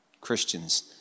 Christians